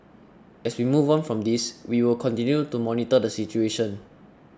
as we move on from this we will continue to monitor the situation